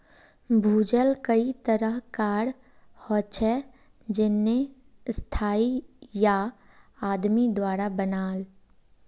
भूजल कई तरह कार हछेक जेन्ने स्थाई या आदमी द्वारा बनाल